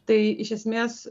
tai iš esmės